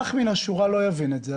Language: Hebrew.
אזרח מן השורה לא יבין את זה,